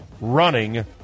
running